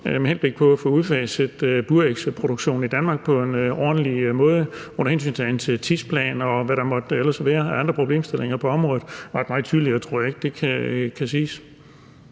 med henblik på at få udfaset burægsproduktionen i Danmark på en ordentlig måde og under hensyntagen til tidsplaner, og hvad der ellers måtte være af andre problemstillinger på området. Ret meget tydeligere tror jeg ikke det kan siges.